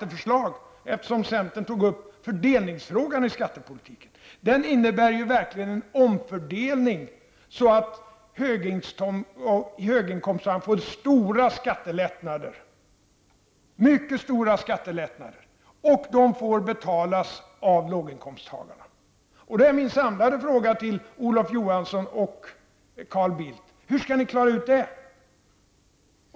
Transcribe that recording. Eftersom centern tog upp fördelningsfrågan i skattepolitiken vill jag säga att moderaternas skatteförslag verkligen innebär en omfördelning, så att höginkomsttagare får mycket stora skattelättnader, och de betalas av låginkomsttagarna. Därför är min fråga till Olof Johansson och Carl Bildt gemensamt: Hur skall ni klara ut det?